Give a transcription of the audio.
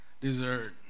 dessert